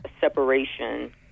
separation